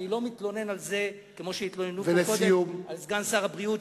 אני לא מתלונן על זה כמו שהתלוננו פה קודם על סגן שר הבריאות,